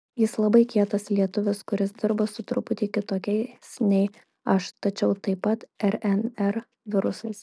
jis labai kietas lietuvis kuris dirba su truputį kitokiais nei aš tačiau taip pat rnr virusais